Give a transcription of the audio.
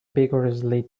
vigorously